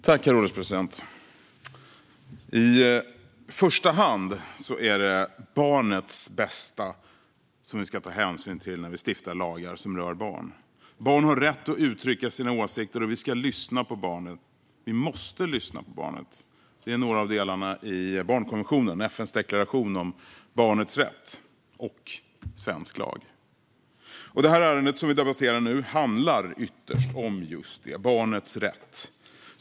Herr ålderspresident! I första hand är det barnets bästa vi ska ta hänsyn till när vi stiftar lagar som rör barn. Barn har rätt att uttrycka sina åsikter, och vi ska lyssna på barnet. Vi måste lyssna på barnet. Det är några av delarna i barnkonventionen, FN:s deklaration om barnets rätt, och svensk lag. Det ärende som vi debatterar nu handlar ytterst om just barnets rätt.